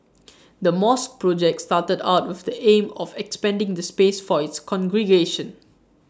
the mosque project started out with the aim of expanding the space for its congregation